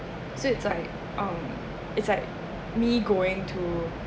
so it's like um it's like me going to